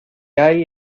hay